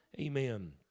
amen